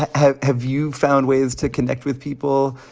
have have you found ways to connect with people,